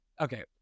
Okay